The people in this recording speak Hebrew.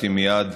וביקשתי מייד